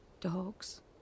Dogs